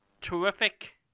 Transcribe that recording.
Terrific